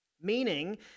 meaning